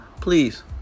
Please